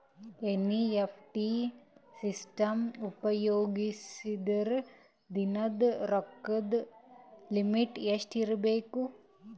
NEFT system ಉಪಯೋಗಿಸಿದರ ದಿನದ ರೊಕ್ಕದ ಲಿಮಿಟ್ ಎಷ್ಟ ಇರಬೇಕು?